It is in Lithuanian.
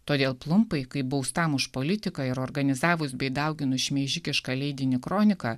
todėl plumpai kaip baustam už politiką ir organizavus bei dauginus šmeižikišką leidinį kroniką